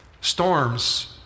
Storms